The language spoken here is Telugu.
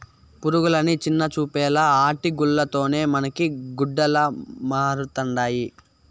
పురుగులని చిన్నచూపేలా ఆటి గూల్ల తోనే మనకి గుడ్డలమరుతండాయి